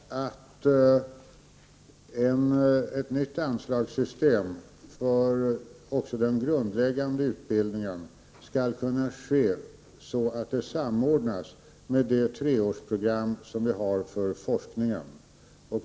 Herr talman! Avsikten är att ett nytt anslagssystem för också den grundläggande utbildningen skall kunna införas så att det sker en samordning med det treårsprogram som vi har för forskningen.